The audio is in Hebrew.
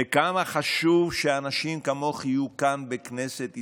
וכמה חשוב שאנשים כמוך יהיו כאן בכנסת ישראל,